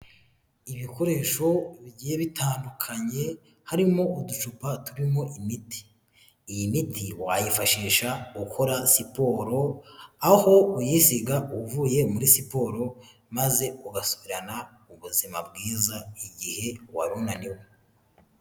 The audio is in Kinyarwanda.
Ibikoresho bigiye bitandukanye harimo; uducupa turimo imiti. Iyi miti wayifashisha ukora siporo aho uyisiga uvuye muri siporo maze ugasubirana ubuzima bwiza igihe wari unaniwe.